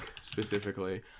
specifically